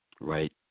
Right